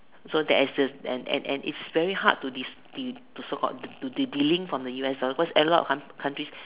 so that is this and and and it's very hard to des~ de~ to so called to delink from the U_S dollar cause a lot of com~ countries